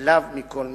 עליו מכל משמר.